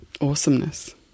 awesomeness